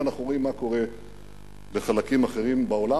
ואנחנו רואים מה קורה בחלקים אחרים בעולם,